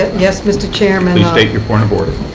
yes, mr. chairman. please state your point of order.